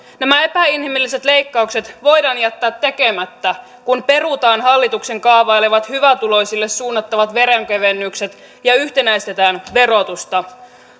nämä epäinhimilliset leikkaukset voidaan jättää tekemättä kun perutaan hallituksen kaavailemat hyvätuloisille suunnattavat veronkevennykset ja yhtenäistetään verotusta